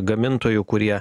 gamintojų kurie